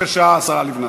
עליזה, בבקשה, השרה לבנת.